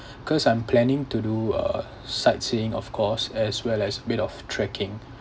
cause I'm planning to do uh sightseeing of course as well as bit of trekking